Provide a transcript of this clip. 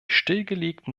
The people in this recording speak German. stillgelegten